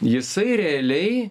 jisai realiai